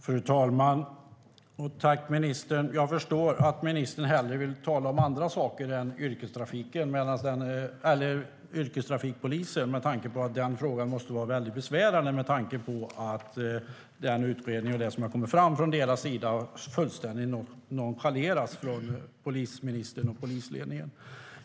Fru talman! Jag tackar ministern för debatten. Jag förstår att ministern hellre vill tala om andra saker än yrkestrafikpolisen. Den frågan måste vara väldigt besvärande, med tanke på att det som kommit fram i utredningen fullständigt har nonchalerats av polisministern och polisledningen.